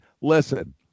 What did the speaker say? listen